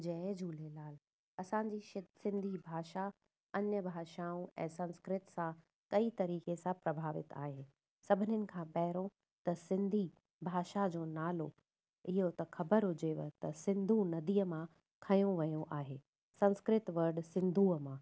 जय झूलेलाल असांजी शति सिंधी भाषा अन्य भाषाऊं ऐं संस्कृत सां कई तरीक़े सां प्रभावित आहे सभिनिन खां पहिरों त सिंधी भाषा जो नालो इहो त ख़बर हुजेव त सिंधु नदीअ मां खयों वियो आहे संस्कृत वड सिंधूअ मां